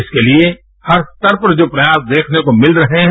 इसके लिए हर स्तर पर जो प्रयास देखने को मिल रहे हैं